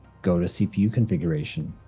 go to cpu configuration,